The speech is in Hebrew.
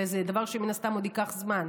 וזה דבר שמן הסתם עוד ייקח זמן,